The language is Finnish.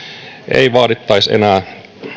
ei vaadittaisi enää